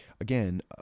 again